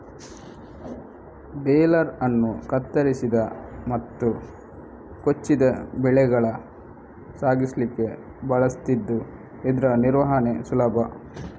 baler ಅನ್ನು ಕತ್ತರಿಸಿದ ಮತ್ತು ಕೊಚ್ಚಿದ ಬೆಳೆಗಳ ಸಾಗಿಸ್ಲಿಕ್ಕೆ ಬಳಸ್ತಿದ್ದು ಇದ್ರ ನಿರ್ವಹಣೆ ಸುಲಭ